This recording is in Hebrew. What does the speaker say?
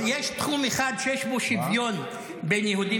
יש תחום אחד שיש בו שוויון בין יהודים